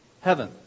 heaven